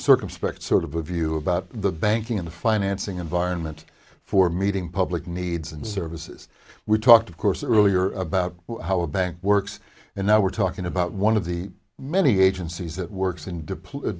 circumspect sort of a view about the banking in the financing environment for meeting public needs and services we talked of course earlier about how a bank works and now we're talking about one of the many agencies that works